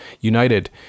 united